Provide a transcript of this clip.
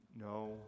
No